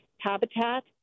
habitat